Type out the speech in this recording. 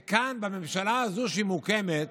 וכאן, בממשלה הזאת שמוקמת,